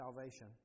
salvation